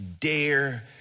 dare